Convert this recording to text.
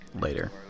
Later